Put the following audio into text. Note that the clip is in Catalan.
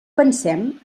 pensem